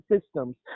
systems